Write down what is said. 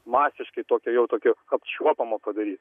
masiškai tokio jau tokio apčiuopiamo padaryt